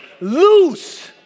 loose